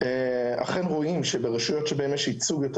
אכן רואים שברשויות שהן יש ייצוג יותר